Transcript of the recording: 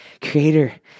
Creator